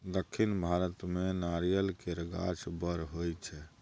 दक्खिन भारत मे नारियल केर गाछ बड़ होई छै